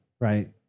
Right